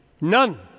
none